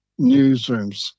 newsrooms